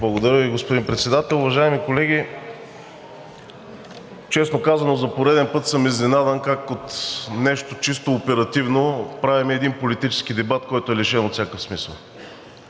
Благодаря Ви, господин Председател. Уважаеми колеги, честно казано, за пореден път съм изненадан как от нещо чисто оперативно правим един политически дебат, който е лишен от всякакъв смисъл.